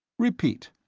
repeat,